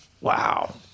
Wow